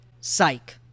Psych